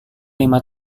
lima